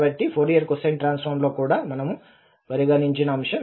కాబట్టి Fourier cosine ట్రాన్స్ఫార్మ్లో కూడా మనము పరిగణించిన అంశం అదే